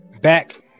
back